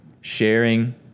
sharing